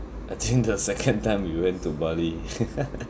I think the second time we went to bali